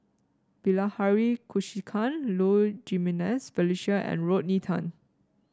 Bilahari Kausikan Low Jimenez Felicia and Rodney Tan